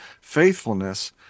faithfulness